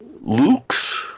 Luke's